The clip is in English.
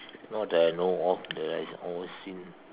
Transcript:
not that I know of that I always seen